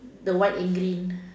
the white and green